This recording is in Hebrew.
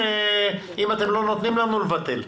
אם אתם לא נותנים לנו, נבטל.